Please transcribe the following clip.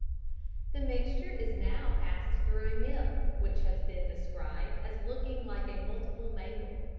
the mixture is now passed through a mill, which has been described as looking like a multiple mangle.